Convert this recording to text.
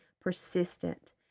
persistent